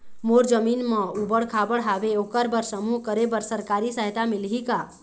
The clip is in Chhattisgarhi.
मोर जमीन म ऊबड़ खाबड़ हावे ओकर बर समूह करे बर सरकारी सहायता मिलही का?